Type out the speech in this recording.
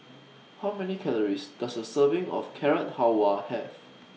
How Many Calories Does A Serving of Carrot Halwa Have